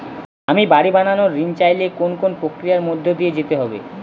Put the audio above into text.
আমি বাড়ি বানানোর ঋণ চাইলে কোন কোন প্রক্রিয়ার মধ্যে দিয়ে যেতে হবে?